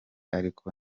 ariko